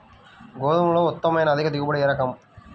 గోధుమలలో ఉత్తమమైన అధిక దిగుబడి రకం ఏది?